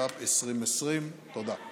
התש"ף 2020. תודה.